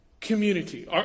Community